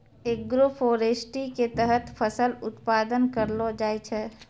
agroforestry के तहत फसल उत्पादन करलो जाय छै